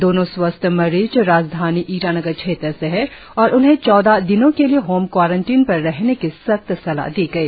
दोनों स्वस्थ मरीज राजधानी ईटानगर क्षेत्र से है और उन्हें चौदह दिनों के लिए होम क्वारंटिन पर रहने की सख्त सलाह दी गई